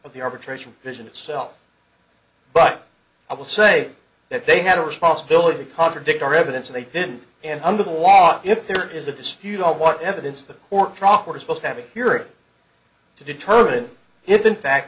of the arbitration mission itself but i will say that they had a responsibility to contradict our evidence and they didn't and under the law if there is a dispute on what evidence the court truck or supposed to have a hearing to determine if in fact